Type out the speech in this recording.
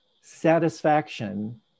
satisfaction